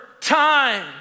time